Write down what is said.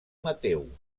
mateu